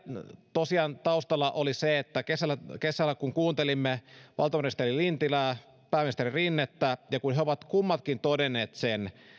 tosiaan taustalla oli vielä se että kesällä kesällä kuuntelimme valtiovarainministeri lintilää ja pääministeri rinnettä jotka ovat kummatkin todenneet